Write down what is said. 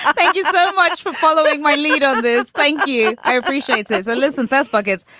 ah thank you so much for following my lead on this. thank you. i appreciate that so listen best buckets.